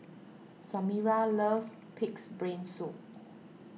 Samira loves Pig's Brain Soup